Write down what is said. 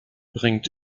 bringt